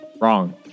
Wrong